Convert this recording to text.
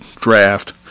draft